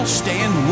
stand